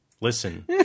Listen